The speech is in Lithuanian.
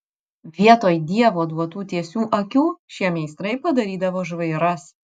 vietoj dievo duotų tiesių akių šie meistrai padarydavo žvairas